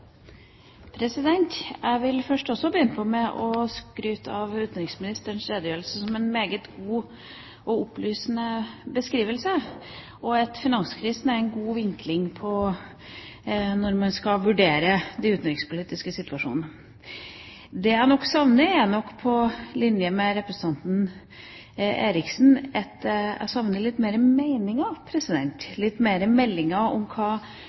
Jeg vil også først begynne med å skryte av utenriksministerens redegjørelse som en meget god og opplysende beskrivelse, og finanskrisen er en god vinkling når man skal vurdere den utenrikspolitiske situasjonen. Det jeg nok savner, er, på linje med representanten Eriksen Søreide, litt mer meninger, litt mer meldinger om hva